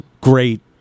great